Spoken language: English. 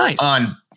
on